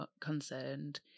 concerned